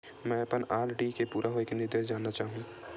मैं अपन आर.डी के पूरा होये के निर्देश जानना चाहहु